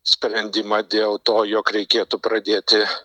sprendimą dėl to jog reikėtų pradėti